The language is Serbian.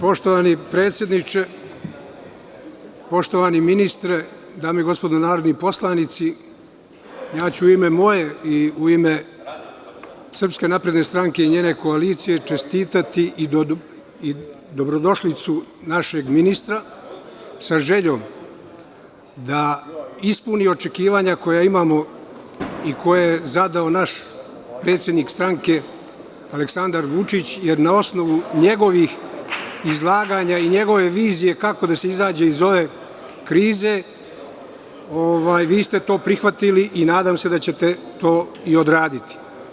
Poštovani predsedniče, poštovani ministre, dame i gospodo narodni poslanici, ja ću u moje ime i u ime SNS i njene koalicije čestitati i poželeti dobrodošlicu našem ministru, sa željom da ispuni očekivanja koja imamo i koje je zadao naš predsednik stranke, Aleksandar Vučić, jer na osnovu njegovih izlaganja i njegove vizije kako da se izađe iz ove krize, vi ste to prihvatili i nadam se da ćete to i odraditi.